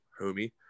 homie